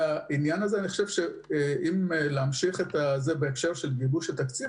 אם להמשיך בהקשר של גיבוש תקציב,